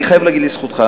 אני חייב להגיד לזכותך,